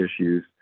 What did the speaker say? issues